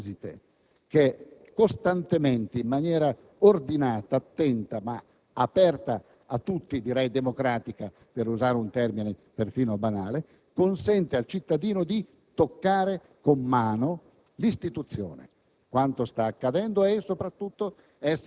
Al Parlamento europeo c'è un sistema di visite che costantemente, in maniera ordinata, attenta, ma aperta a tutti, vorrei dire democratica, per usare un termine perfino banale, consente al cittadino di toccare con mano l'istituzione,